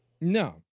No